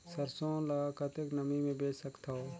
सरसो ल कतेक नमी मे बेच सकथव?